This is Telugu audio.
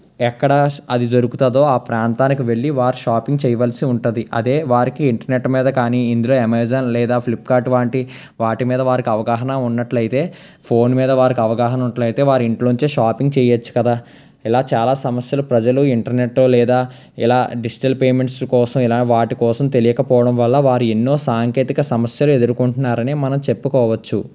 ఎక్కడ అది దొరుకుతుందో ఆ ప్రాంతానికి వెళ్ళి వారి షాపింగ్ చేయవలసి ఉంటుంది అదే వారికి ఇంటర్నెట్ మీద కానీ ఇందులో అమెజాన్ లేదా ఫ్లిప్కార్ట్ వంటి వాటి మీద వారికి అవగాహన ఉన్నట్లయితే ఫోన్ మీద వారికి అవగాహన ఉన్నట్లయితే వారు ఇంటర్నెట్లో నుంచి షాపింగ్ చేయొచ్చు కదా ఇలా చాలా సమస్యలు ప్రజలు ఇంటర్నెట్ లేదా ఇలా డిజిటల్ పేమెంట్స్ కోసం ఇలా వాటికోసం తెలియక పోవడం వల్ల వారు ఎన్నో సాంకేతిక సమస్యలు ఎదుర్కొంటున్నారనే మనం చెప్పుకోవచ్చు